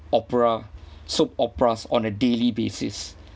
opera soap operas on a daily basis